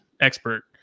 expert